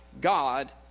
God